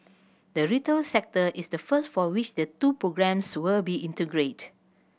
the retail sector is the first for which the two programmes will be integrated